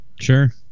sure